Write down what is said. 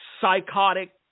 psychotic